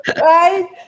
Right